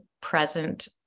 present